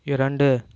இரண்டு